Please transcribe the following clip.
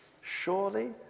Surely